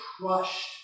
crushed